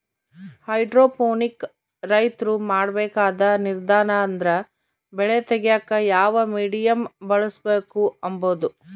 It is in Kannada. ಹೈಡ್ರೋಪೋನಿಕ್ ರೈತ್ರು ಮಾಡ್ಬೇಕಾದ ನಿರ್ದಾರ ಅಂದ್ರ ಬೆಳೆ ತೆಗ್ಯೇಕ ಯಾವ ಮೀಡಿಯಮ್ ಬಳುಸ್ಬಕು ಅಂಬದು